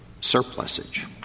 surplusage